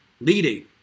leading